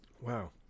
Wow